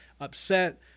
upset